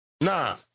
Nah